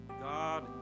God